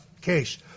case